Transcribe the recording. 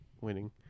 winning